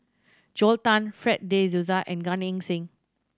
Joel Tan Fred De Souza and Gan Eng Seng